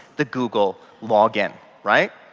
the google log-in, right.